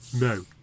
No